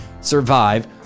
survive